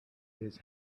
his